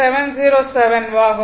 707 ஆகும்